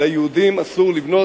ליהודים אסור לבנות,